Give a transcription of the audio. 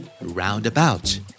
Roundabout